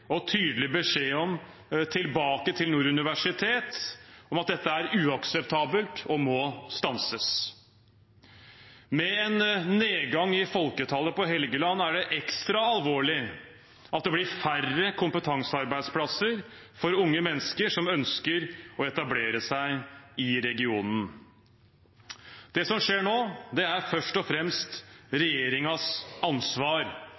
og tydelig beskjed om tilbake til Nord universitet, at dette er uakseptabelt og må stanses. Med en nedgang i folketallet på Helgeland er det ekstra alvorlig at det blir færre kompetansearbeidsplasser for unge mennesker som ønsker å etablere seg i regionen. Det som skjer nå, er først og fremst regjeringens ansvar.